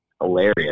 hilarious